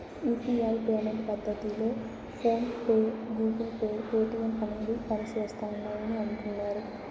UPI payment పద్దతిలో PhonePe, Google pay, Paytm అనేవి పనిసేస్తిండాయని అంటుడారు